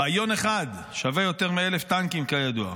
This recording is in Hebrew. רעיון אחד שווה יותר מ-1,000 טנקים, כידוע.